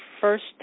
first